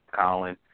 Colin